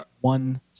one